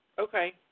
okay